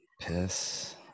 Piss